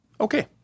Okay